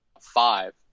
five